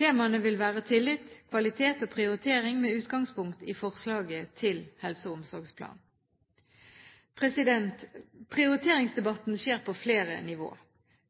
Temaene vil være tillit, kvalitet og prioritering, med utgangspunkt i forslaget til helse- og omsorgsplanen. Prioriteringsdebatten skjer på flere nivåer.